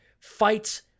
fights